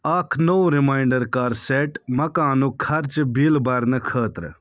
اَکھ نوٚو رِمناینٛڈر کَر سیٚٹ مکانُک خرچہٕ بِل بھرنہٕ خٲطرٕ